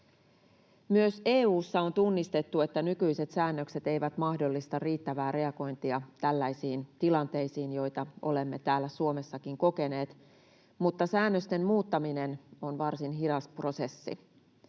Myös EU:ssa on tunnistettu, että nykyiset säännökset eivät mahdollista riittävää reagointia tällaisiin tilanteisiin, joita olemme täällä Suomessakin kokeneet, mutta säännösten muuttaminen on varsin hidas prosessi.